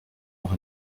noch